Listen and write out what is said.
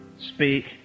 speak